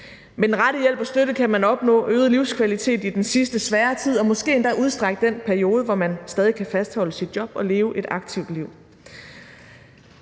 Med den rette hjælp og støtte kan man opnå øget livskvalitet i den sidste, svære tid og måske endda udstrække den periode, hvor man stadig kan fastholde sit job og leve et aktivt liv.